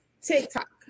TikTok